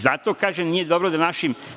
Zato, kažem, nije dobro da našim…